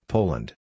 Poland